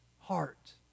heart